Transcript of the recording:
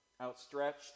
outstretched